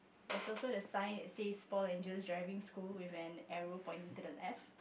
there is also the sign says four angels driving school with an arrow pointing at F